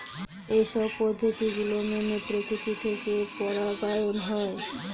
এইসব পদ্ধতি গুলো মেনে প্রকৃতি থেকে পরাগায়ন হয়